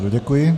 Děkuji.